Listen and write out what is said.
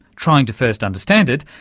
trying to first understand it,